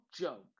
joke